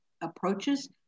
approaches